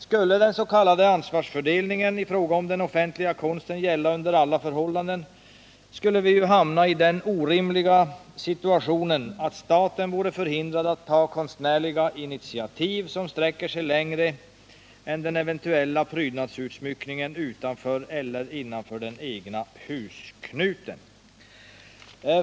Skulle den s.k. ansvarsfördelningen i fråga om den offentliga konsten gälla under alla förhållanden skulle vi hamna i den orimliga situationen att staten vore förhindrad att ta konstnärliga initiativ, som sträcker sig längre än till den eventuella prydnadsutsmyckningen utanför eller innanför den egna husknuten.